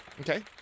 okay